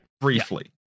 Briefly